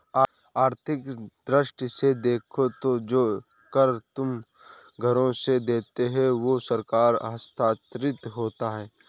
आर्थिक दृष्टि से देखो तो जो कर तुम घरों से देते हो वो सरकार को हस्तांतरित होता है